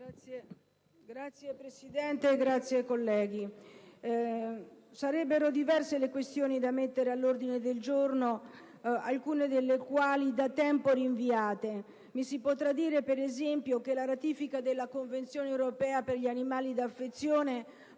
Signor Presidente, colleghi, sarebbero diverse le questioni da mettere all'ordine del giorno, alcune delle quali da tempo rinviate. Mi si potrà dire - per esempio - che la ratifica della Convenzione europea per gli animali da affezione